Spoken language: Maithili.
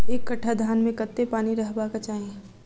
एक कट्ठा धान मे कत्ते पानि रहबाक चाहि?